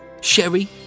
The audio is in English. sherry